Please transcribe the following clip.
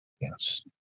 Yes